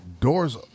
doors